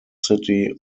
city